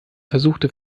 versuchte